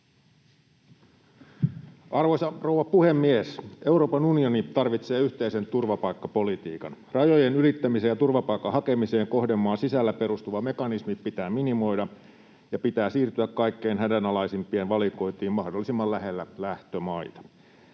Arvoisa rouva puhemies! Euroopan unioni tarvitsee yhteisen turvapaikkapolitiikan. Rajojen ylittämiseen ja turvapaikan hakemiseen kohdemaan sisällä perustuva mekanismi pitää minimoida, ja pitää siirtyä kaikkein hädänalaisimpien valikointiin mahdollisimman lähellä lähtömaita.